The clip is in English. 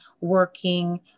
working